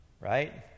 right